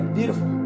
beautiful